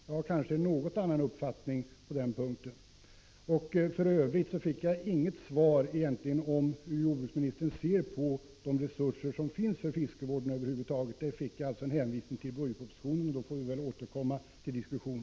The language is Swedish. Jag har kanske en något annan uppfattning på den punkten. Hur jordbruksministern ser på de resurser som finns för fiskevården över huvud taget fick jag inget besked om utan bara en hänvisning till budgetpropositionen. Då får jag väl återkomma i en senare diskussion.